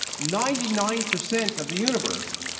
ninety-nine percent of the universe,